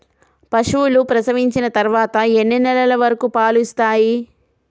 పశువులు ప్రసవించిన తర్వాత ఎన్ని నెలల వరకు పాలు ఇస్తాయి?